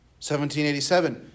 1787